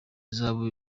ihazabu